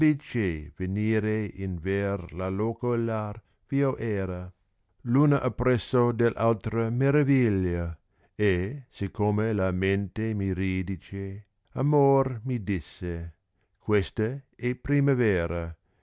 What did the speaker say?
in ver lo loco là v io era luna appresso dell altra meraviglia e siccome la mente mi ridice amor mi disse questa è primavera